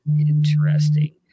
Interesting